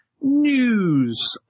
News